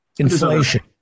Inflation